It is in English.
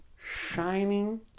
Shining